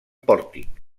pòrtic